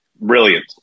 Brilliant